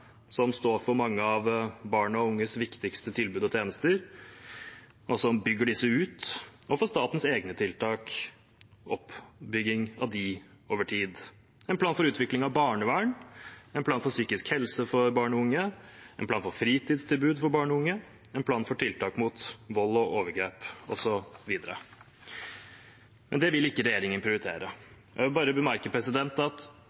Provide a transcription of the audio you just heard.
som står for mange av barn og unges viktigste tilbud og tjenester og som bygger disse ut, en plan for statens egne tiltak, oppbygging av dem over tid, en plan for utvikling av barnevern, en plan for psykisk helse for barn og unge, en plan for fritidstilbud for barn og unge, en plan for tiltak mot vold og overgrep osv. Men det vil ikke regjeringen prioritere. Jeg vil bare bemerke at